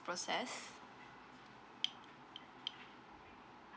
process